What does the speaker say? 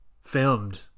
filmed